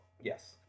Yes